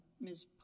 Ms